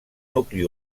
nucli